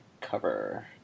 cover